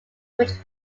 which